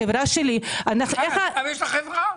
החברה שלי --- את גם יש לך חברה?